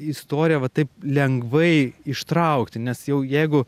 istoriją va taip lengvai ištraukti nes jau jeigu